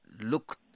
look